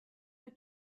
que